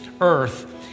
earth